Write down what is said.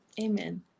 Amen